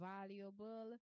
valuable